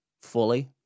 fully